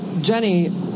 Jenny